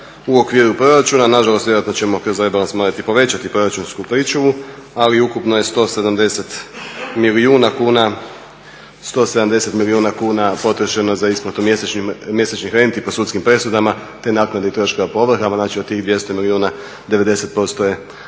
u okviru proračuna. Nažalost, vjerojatno ćemo kroz rebalans morati povećati proračunsku pričuvu, ali ukupno je 170 milijuna kuna potrošeno za isplatu mjesečnih renti po sudskim presudama te naknadi troškova po ovrhama. Znači od tih 200 milijuna 90% je po toj